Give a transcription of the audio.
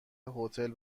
هتل